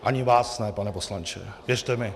Ani vás ne, pane poslanče, věřte mi.